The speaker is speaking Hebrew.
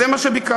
זה מה שביקשתי.